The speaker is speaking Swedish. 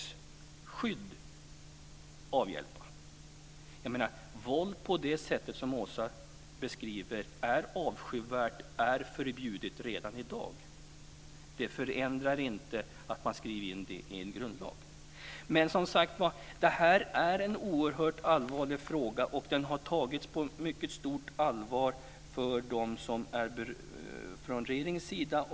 Jag menar att våld på det sätt som Åsa Torstensson beskriver är avskyvärt. Det är förbjudet redan i dag. Det blir ingen förändring av att man skriver in det i en grundlag. Detta är en oerhört allvarlig fråga. Den har tagits på mycket stort allvar från regeringens sida.